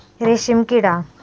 रेशीमकिडा